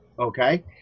Okay